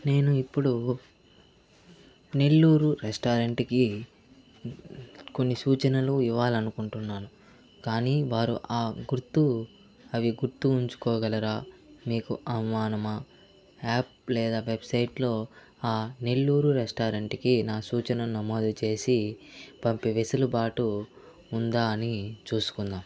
నేను ఇప్పుడు నెల్లూరు రెస్టారెంట్కి కొన్ని సూచనలు ఇవ్వాలనుకుంటున్నాను కానీ వారు ఆ గుర్తు అవి గుర్తు ఉంచుకోగలరా మీకు అవమానమా యాప్ లేదా వెబ్సైట్లో ఆ నెల్లూరు రెస్టారెంట్కి నా సూచన నమోదు చేసి పంపి వెసులుబాటు ఉందా అని చూసుకుందాం